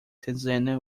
tanzania